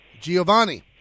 Giovanni